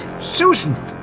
Susan